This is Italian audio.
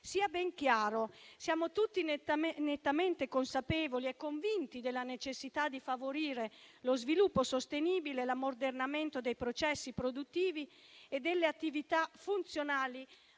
Sia ben chiaro: siamo tutti nettamente consapevoli e convinti della necessità di favorire lo sviluppo sostenibile e l'ammodernamento dei processi produttivi e delle attività funzionali